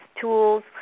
tools